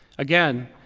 again,